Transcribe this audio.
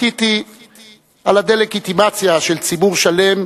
מחיתי על הדה-לגיטימציה של ציבור שלם,